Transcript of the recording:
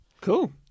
Cool